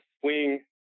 swing